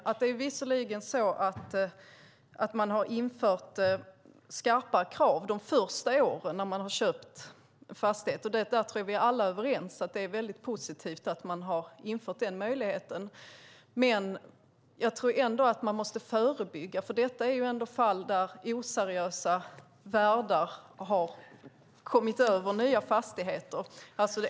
Man har visserligen infört skarpare krav de första åren efter att man har köpt en fastighet. Jag tror att vi alla är överens om att det är väldigt positivt att man har infört den möjligheten. Men jag tror ändå att man måste förebygga. Det handlar ju om fall där oseriösa värdar har kommit över nya fastigheter.